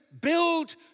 build